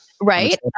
Right